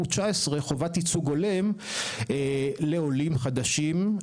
חובת ייצוג הולם לעולים חדשים,